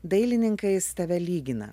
dailininkais tave lygina